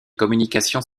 communications